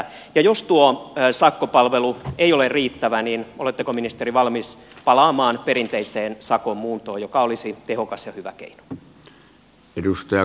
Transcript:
ja jos tuo sakkopalvelu ei ole riittävä niin oletteko ministeri valmis palaamaan perinteiseen sakon muuntoon joka olisi tehokas ja hyvä keino